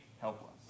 helpless